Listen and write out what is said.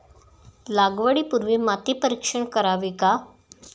लागवडी पूर्वी माती परीक्षण करावे का?